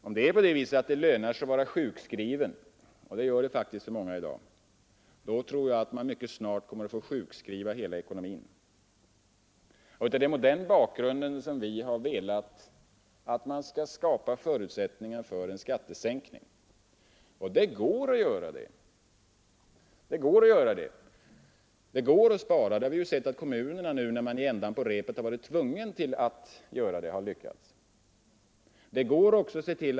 Om det lönar sig att vara sjukskriven — det gör det faktiskt för många i dag — då tror jag att man mycket snart kommer att få sjukskriva hela ekonomin. Det är mot den bakgrunden som vi har velat att förutsättningar skall skapas för en skattesänkning. Det går att göra det. Det går att spara. Vi har sett att kommunerna lyckats nu, när man i änden på repet har varit tvungen till det.